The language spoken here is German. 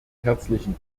herzlichen